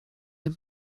dem